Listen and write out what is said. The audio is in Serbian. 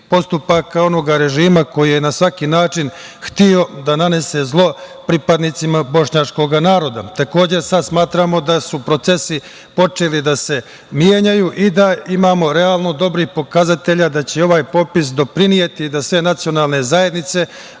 postupaka onog režima koji je na svaki način hteo da nanese zlo pripadnicima bošnjačkog naroda. Takođe, smatramo da su procesi počeli da se menjaju i da imamo realno dobrih pokazatelja da će ovaj popis doprineti da sve nacionalne zajednice